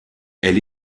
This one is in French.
elle